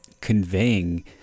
Conveying